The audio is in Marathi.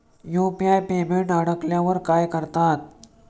यु.पी.आय पेमेंट अडकल्यावर काय करतात?